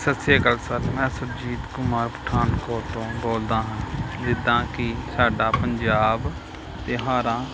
ਸਤਿ ਸ਼੍ਰੀ ਅਕਾਲ ਸਰ ਮੈਂ ਸੁਰਜੀਤ ਕੁਮਾਰ ਪਠਾਨਕੋਟ ਤੋਂ ਬੋਲਦਾ ਹਾਂ ਜਿੱਦਾਂ ਕਿ ਸਾਡਾ ਪੰਜਾਬ ਤਿਉਹਾਰਾਂ